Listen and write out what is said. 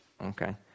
Okay